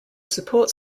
support